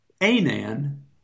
Anan